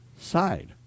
side